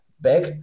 back